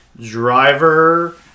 driver